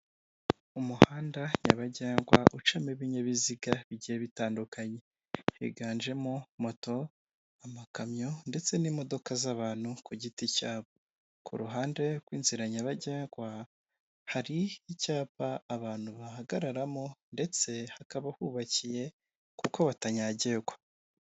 Umuhanda nyabagendwa ucamo ibinyabiziga bigiye bitandukanye, higanjemo moto, amakamyo ndetse n'imodoka z'abantu ku giti cyabo, ku ruhande rw'inzira nyabagendwa hari icyapa abantu bahagararamo ndetse hakaba hubakiye kuko batanyagirwadwa.